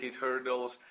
hurdles